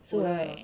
so right